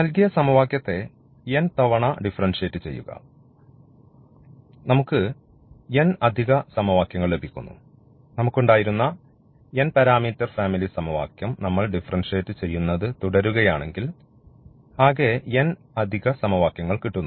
നൽകിയ സമവാക്യത്തെ n തവണ ഡിഫറൻഷിയേറ്റ് ചെയ്യുക നമുക്ക് n അധിക സമവാക്യങ്ങൾ ലഭിക്കുന്നു നമുക്കുണ്ടായിരുന്ന n പരാമീറ്റർ ഫാമിലി സമവാക്യം നമ്മൾ ഡിഫറൻഷിയേറ്റ് ചെയ്യുന്നത് തുടരുകയാണെങ്കിൽ ആകെ n അധിക സമവാക്യങ്ങൾ കിട്ടുന്നു